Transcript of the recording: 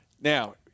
Now